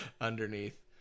underneath